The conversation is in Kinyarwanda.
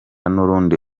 n’urundi